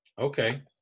Okay